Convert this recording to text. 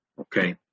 Okay